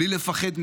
בלי לפחד מהאמת.